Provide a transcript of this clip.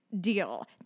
deal